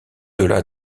delà